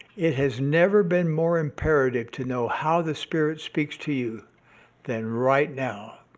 it has never been more imperative to know how the spirit speaks to you than right now.